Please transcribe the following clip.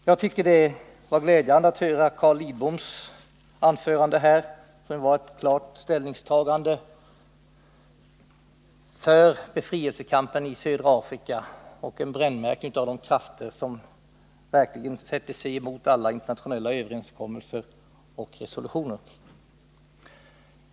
Jag tycker det var glädjande att höra Carl Lidboms anförande, som var ett klart ställningstagande för befrielsekampen i södra Afrika och en brännmärkning av de krafter som sätter sig emot alla internationella överenskommelser och resolutioner.